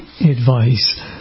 advice